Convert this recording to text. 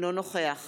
אינו נוכח